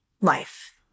life